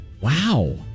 Wow